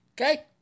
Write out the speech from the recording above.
Okay